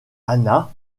hannah